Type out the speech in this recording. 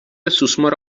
سوسمار